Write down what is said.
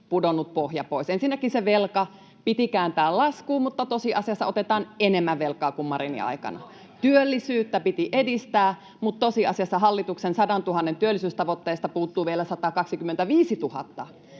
Ensinnäkin se velka piti kääntää laskuun, mutta tosiasiassa otetaan enemmän velkaa kuin Marinin aikana. [Perussuomalaisten ryhmästä: Kylläpä nyt huolettaa!] Työllisyyttä piti edistää, mutta tosiasiassa hallituksen 100 000:n työllisyystavoitteesta puuttuu vielä 125 000.